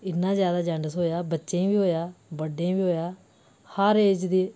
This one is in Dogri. इन्ना जैदा जान्डस होएआ बच्चें ई बी होएआ बड्डें ई बी होएआ हर एज दे